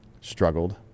struggled